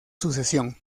sucesión